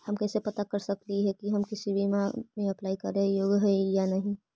हम कैसे पता कर सकली हे की हम किसी बीमा में अप्लाई करे योग्य है या नही?